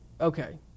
Okay